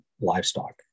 livestock